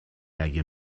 اگه